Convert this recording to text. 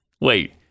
Wait